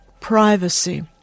privacy